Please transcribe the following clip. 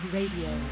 Radio